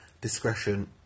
Discretion